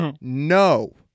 No